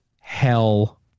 hell